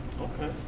Okay